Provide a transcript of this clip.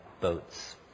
boats